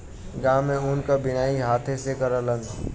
गांव में ऊन क बिनाई हाथे से करलन